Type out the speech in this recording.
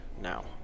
now